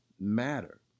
matter